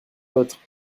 autres